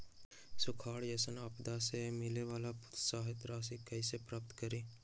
सुखार जैसन आपदा से मिले वाला प्रोत्साहन राशि कईसे प्राप्त करी?